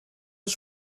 ist